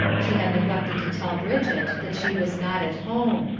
she had neglected to tell bridget that she was not at home,